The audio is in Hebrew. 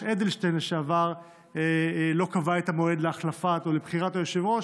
לשעבר אדלשטיין לא קבע את המועד להחלפה או לבחירת היושב-ראש.